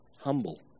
humble